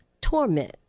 torment